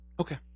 Okay